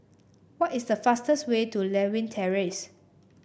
what is the fastest way to Lewin Terrace